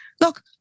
Look